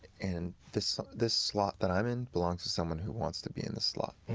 and this this slot that i'm in belongs to someone who wants to be in this slot.